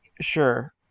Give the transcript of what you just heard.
sure